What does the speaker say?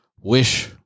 wish